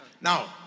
Now